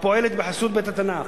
הפועלת בחסות בית-התנ"ך,